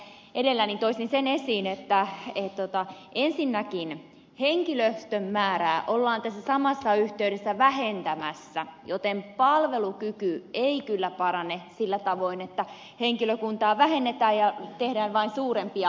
ojala niemelä tässä edellä toisin sen esiin että ensinnäkin henkilöstön määrää ollaan tässä samassa yhteydessä vähentämässä joten palvelukyky ei kyllä parane sillä tavoin että henkilökuntaa vähennetään ja tehdään vain suurempia alueita